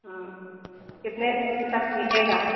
कितने दिन तक मिलेगा